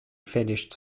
finished